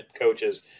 coaches